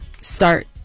start